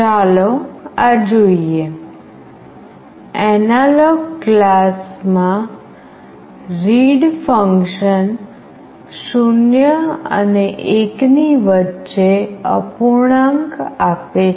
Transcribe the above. ચાલો આ જોઈએ એનાલોગ ક્લાસમાં રીડ ફંક્શન 0 અને 1 ની વચ્ચે અપૂર્ણાંક આપે છે